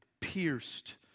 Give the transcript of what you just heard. pierced